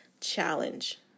challenge